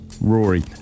Rory